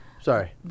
Sorry